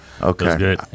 okay